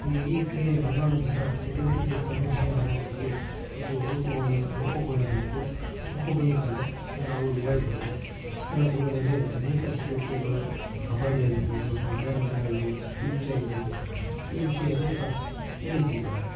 ಈ ಕ್ರೀಡೆ ಮನೋರಂಜನಾ ಚಟುವಟಿಕೆ ಸಮುದಾಯ ಮನೋಭಾವದಲ್ಲಿ ಒಂದು ರೂಪುಗೊಳ್ಳಲು ರೂಪುಗೊಳ್ಳಬೇಕು ರೂಪುಗೊಳ್ಳುತ್ತದೆ ಅಂತ ನಾವು ಹೇಳ್ಬೋದು ಚಿತ್ರದುರ್ಗದಲ್ಲಿ ಅನೇಕ ಚಟುವಟಿಕೆಗಳು ಕಬಡ್ಡಿ ಆಗಿರ್ಬೌದು ಮನೋರಂಜನೆ ಆಗಿರ್ಬೌದು ಕ್ವಿಜ್ ಆಗಿರ್ಬೌದು ಈ ರೀತಿ ಅನೇಕ ನಡೀತಿದ್ದಾವೆ